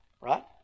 right